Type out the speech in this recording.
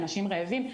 אנשים רעבים,